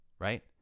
right